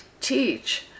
teach